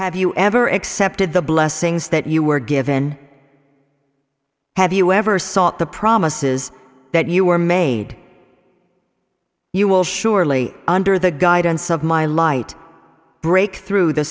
have you ever accepted the blessings that you were given have you ever sought the promises that you were made you will surely under the guidance of my light break through the